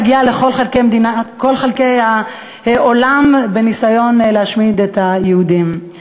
להגיע לכל חלקי העולם בניסיון להשמיד את היהודים.